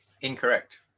Incorrect